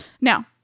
Now